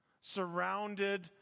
surrounded